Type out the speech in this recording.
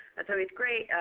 that's always great.